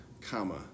comma